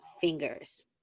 fingers